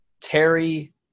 Terry